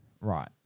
Right